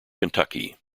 kentucky